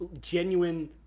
genuine